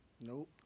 Nope